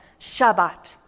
Shabbat